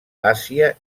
àsia